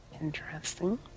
Interesting